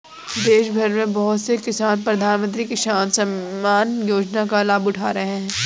देशभर में बहुत से किसान प्रधानमंत्री किसान सम्मान योजना का लाभ उठा रहे हैं